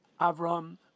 Avram